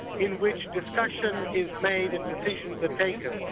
in which discussion is made and decisions are taken.